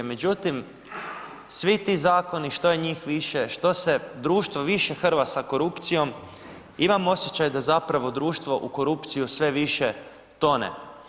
Međutim, svi ti zakoni, što je njih više, što se društvo više hrva sa korupcijom, imam osjećaj da zapravo društvo u korupciju sve više tone.